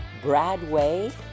bradway